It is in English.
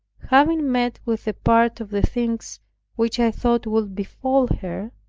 having met with a part of the things which i thought would befall her,